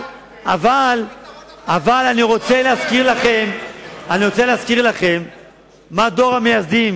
אבל אני רוצה להזכיר לכם מה דור המייסדים